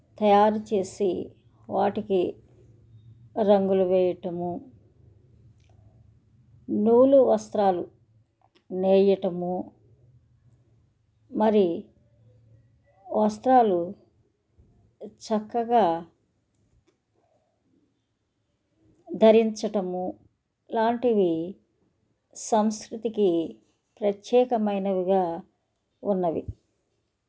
తయారు చేసి వాటికి రంగులు వేయటము నూలు వస్త్రాలు నేయటము మరి వస్త్రాలు చక్కగా ధరించటము లాంటివి సంస్కృతికి ప్రత్యేకమైనవిగా ఉన్నవి